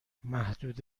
محدود